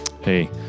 hey